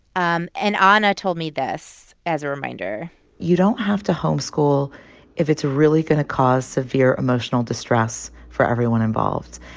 um and ana told me this as a reminder you don't have to homeschool if it's really going to cause severe emotional distress for everyone involved.